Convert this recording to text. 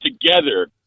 together